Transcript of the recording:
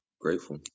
grateful